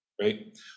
right